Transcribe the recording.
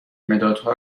مدادها